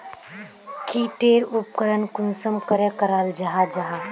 की टेर उपकरण कुंसम करे कराल जाहा जाहा?